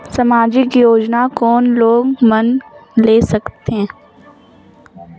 समाजिक योजना कोन लोग मन ले सकथे?